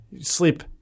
Sleep